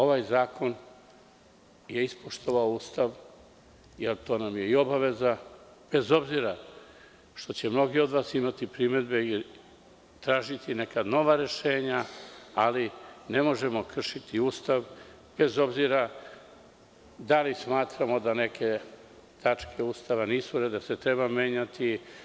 Ovaj zakon je ispoštovao Ustav, jer to nam je i obaveza, bez obzira što će mnogi od vas imati primedbe i tražiti neka nova rešenja, ali ne možemo kršiti Ustav, bez obzira da li smatramo da neke tačke Ustava treba menjati.